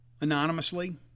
anonymously